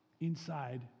inside